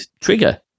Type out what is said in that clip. trigger